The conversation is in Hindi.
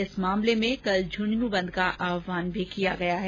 इस मामले में कल झुन्झुनूं बंद का आह्वान किया गया है